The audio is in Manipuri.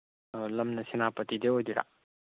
ꯑꯥ ꯂꯝꯅ ꯁꯦꯅꯥꯄꯇꯤꯗꯒꯤ ꯑꯣꯏꯗꯣꯏꯔꯥ